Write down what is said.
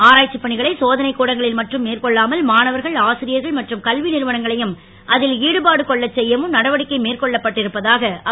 ஆராய்ச்சிப் பணிகளை சோதனைக் கூடங்களில் மட்டும் மேற்கொள்ளாமல் மாணவர்கள் ஆசிரியர்கள் மற்றும் கல்வி நிறுவனங்களையும் அதில் ஈடுபாடு கொள்ளச் செய்யவும் நடவடிக்கை மேற்கொள்ளப் பட்டிருப்பதாக அவர் கூறினுர்